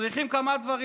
צריכים כמה דברים.